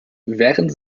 während